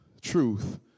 truth